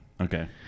Okay